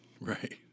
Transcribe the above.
Right